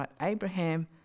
Abraham